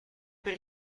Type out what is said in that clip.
per